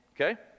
Okay